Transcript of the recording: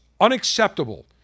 unacceptable